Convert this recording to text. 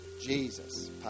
Jesus